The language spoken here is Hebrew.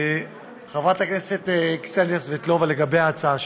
חברת הכנסת קסניה סבטלובה, לגבי ההצעה שלך: